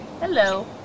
hello